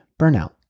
burnout